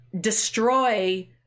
destroy